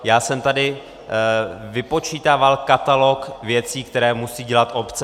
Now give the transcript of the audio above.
Já jsem tady vypočítával katalog věcí, které musí dělat obce.